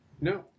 No